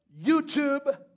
YouTube